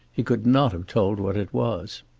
he could not have told what it was.